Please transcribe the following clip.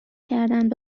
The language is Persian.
کردند